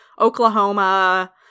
Oklahoma